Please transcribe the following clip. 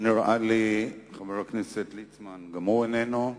חבר הכנסת ליצמן איננו.